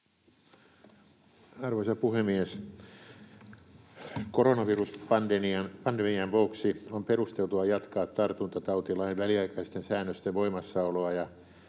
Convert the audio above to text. Arvoisa puhemies! Koronaviruspandemian vuoksi on perusteltua jatkaa tartuntatautilain väliaikaisten säännösten voimassaoloa ja